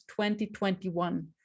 2021